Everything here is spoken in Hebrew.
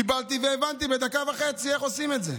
קיבלתי והבנתי בדקה וחצי איך עושים את זה.